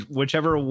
whichever